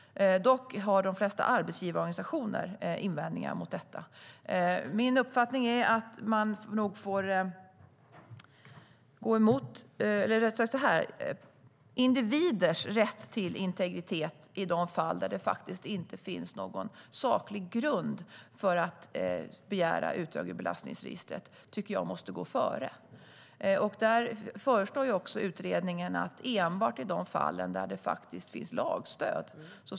Dock har de flesta arbetsgivarorganisationer invändningar. Min uppfattning är att individers rätt till integritet måste gå före i de fall där det inte finns någon saklig grund för att begära utdrag ur belastningsregistret. Utredningen föreslår att man ska kunna göra det endast i de fall där det finns lagstöd.